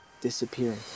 disappearing